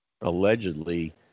allegedly